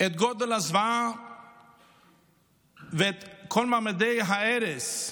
גודל הזוועה וכל ממדי ההרס.